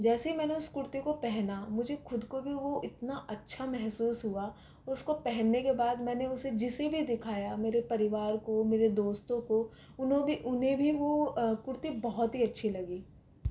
जैसे ही मैंने उस कुर्ती को पहना मुझे ख़ुद को भी इतना अच्छा महसूस हुआ उसको पहनने के बाद मैंने उसे जिसे भी दिखाया मेरे परिवार को मेरे दोस्तों को उन्हों भी उन्हे भी वो कुर्ती बहुत ही अच्छी लगी